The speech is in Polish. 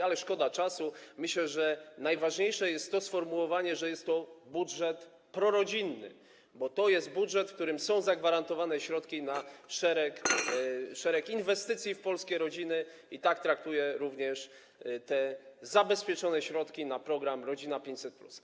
Ale szkoda czasu, myślę, że najważniejsze jest to sformułowanie, że jest to budżet prorodzinny, bo to jest budżet, w którym są zagwarantowane środki na szereg inwestycji dotyczących polskich rodzin, i tak traktuję również te zabezpieczone środki na program „Rodzina 500+”